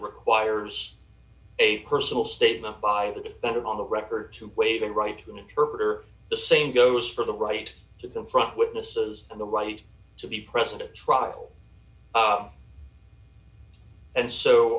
requires a personal statement by the defendant on the record to waive a right to an interpreter the same goes for the right to confront witnesses and the right to be president trial and so